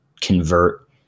convert